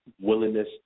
willingness